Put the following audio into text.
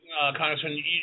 Congressman